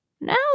Now